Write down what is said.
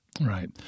Right